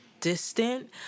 distant